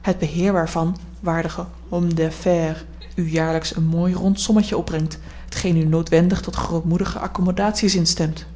het beheer waarvan waardige homme d'affaires u jaarlijks een mooi rond sommetje opbrengt t geen u noodwendig tot grootmoedigen accomodatie zin stemt